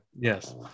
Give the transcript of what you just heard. yes